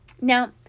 Now